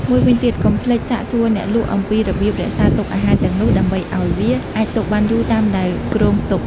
មួយវិញទៀត កុំភ្លេចសាកសួរអ្នកលក់អំពីរបៀបរក្សាទុកអាហារទាំងនោះ ដើម្បីឱ្យវាអាចទុកបានយូរតាមដែលគ្រោងទុក។